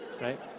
right